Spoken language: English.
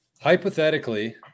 Hypothetically